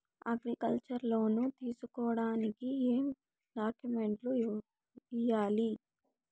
Agriculture loan తీసుకోడానికి ఏం డాక్యుమెంట్లు ఇయ్యాలి?